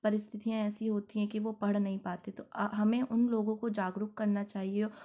परिस्थितियाँ ऐसी होती हैं कि वो पढ़ नहीं पाते तो अ हमें उन लोगों को जागरूक करना चाहिए